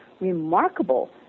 remarkable